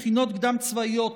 מכינות קדם-צבאיות,